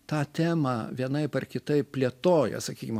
tą temą vienaip ar kitaip plėtoja sakykim